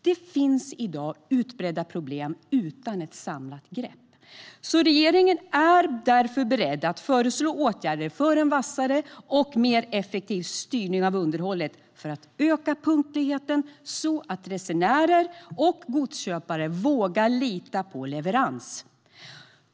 Det finns i dag utbredda problem utan ett samlat grepp. Regeringen är därför beredd att föreslå åtgärder för en vassare och effektivare styrning av underhållet för att öka punktligheten, så att resenärer och godsköpare vågar lita på leverans.